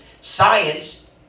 science